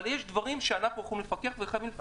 אבל יש דברים שאנחנו יכולים להתווכח וחייבים להתווכח.